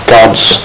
God's